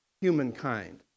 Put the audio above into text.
humankind